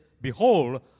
Behold